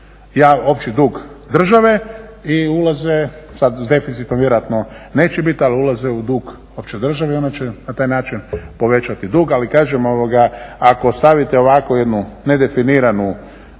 u opći dug države i ulaze sad s deficitom vjerojatno neće biti ali ulaze u dug opće države i ona će na taj način povećati dug. Ali kažem ako ostavite ovako jednu nedefiniranu